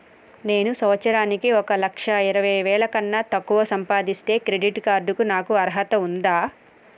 నేను సంవత్సరానికి ఒక లక్ష ఇరవై వేల కన్నా తక్కువ సంపాదిస్తే క్రెడిట్ కార్డ్ కు నాకు అర్హత ఉందా?